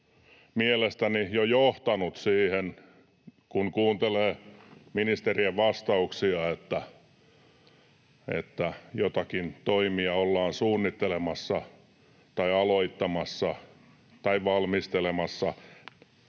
mielestäni jo johtanut siihen, kun kuuntelee ministerien vastauksia, että joitakin toimia ollaan suunnittelemassa tai aloittamassa tai valmistelemassa.